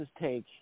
take